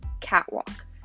catwalk